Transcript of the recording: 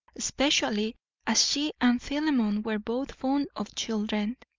especially as she and philemon were both fond of children.